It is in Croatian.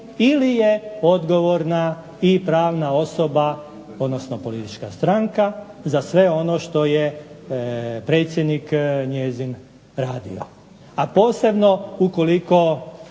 ili je odgovorna i pravna osoba, odnosno politička stranka za sve ono što je predsjednik njezin radio. A posebno ukoliko